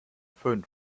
fünf